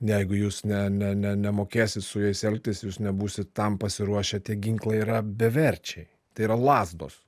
jeigu jūs ne ne ne nemokėsit su jais elgtis jūs nebūsit tam pasiruošę tie ginklai yra beverčiai tai yra lazdos